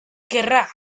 querrá